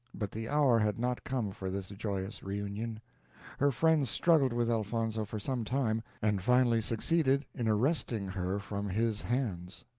but the hour had not come for this joyous reunion her friends struggled with elfonzo for some time, and finally succeeded in arresting her from his hands.